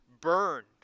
burned